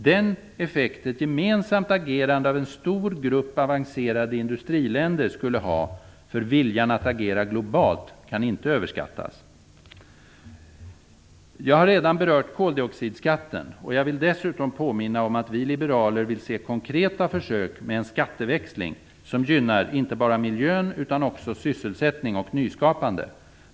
Den effekt ett gemensamt agerande av en stor grupp avancerade industriländer skulle ha för viljan att agera globalt kan inte överskattas. Jag har redan berört koldioxidskatten, och jag vill dessutom påminna om att vi liberaler vill se konkreta försök med en skatteväxling som gynnar inte bara miljön utan också sysselsättning och nyskapande.